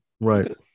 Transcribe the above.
Right